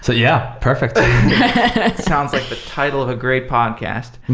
so yeah, perfect. it sounds like the title of a great podcast.